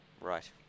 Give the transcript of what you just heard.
Right